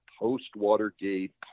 post-Watergate